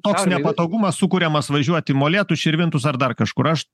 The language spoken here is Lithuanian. toks nepatogumas sukuriamas važiuot į molėtus širvintus ar dar kažkur aš